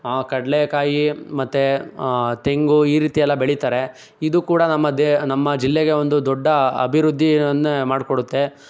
ಕಡಲೇಕಾಯಿ ಮತ್ತು ತೆಂಗು ಈ ರೀತಿಯೆಲ್ಲ ಬೆಳಿತಾರೆ ಇದು ಕೂಡ ನಮ್ಮ ದೇ ನಮ್ಮ ಜಿಲ್ಲೆಗೆ ಒಂದು ದೊಡ್ಡ ಅಭಿವೃದ್ಧಿಯನ್ನೇ ಮಾಡಿಕೊಡುತ್ತೆ